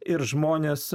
ir žmonės